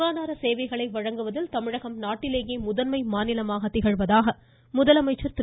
சுகாதார சேவைகளை வழங்குவதில் தமிழகம் நாட்டிலேயே முதன்மை மாநிலமாக திகழ்வதாக முதலமைச்சர் திரு